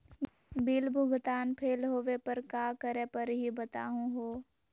Bill भुगतान fail होवे पर का करै परही, बताहु हो?